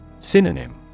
Synonym